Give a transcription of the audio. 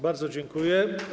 Bardzo dziękuję.